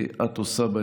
לעשות?